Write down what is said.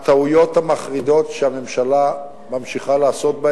הטעויות המחרידות שהממשלה ממשיכה לעשות,